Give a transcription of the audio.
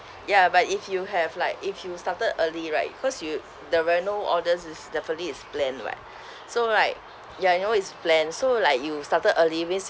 ya but if you have like if you started early right cause you the reno all these is definitely is planned [what] so right ya you know it's planned so like you started early means